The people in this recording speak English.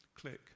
Click